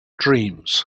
dreams